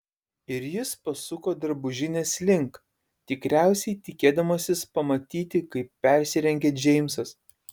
ir jis pasuko drabužinės link tikriausiai tikėdamasis pamatyti kaip persirengia džeimsas